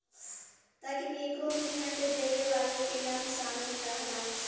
तकनीकों मे फंड देवे वाले के नाम सामिल रहला